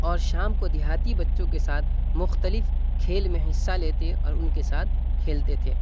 اور شام کو دیہاتی بچوں کے ساتھ مختلف کھیل میں حصہ لیتے اور ان کے ساتھ کھیلتے تھے